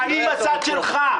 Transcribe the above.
אני בצד שלך.